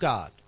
God